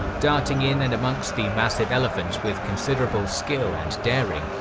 darting in and amongst the massive elephants with considerable skill and daring,